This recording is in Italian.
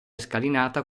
scalinata